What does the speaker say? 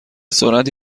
سرعت